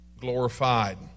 glorified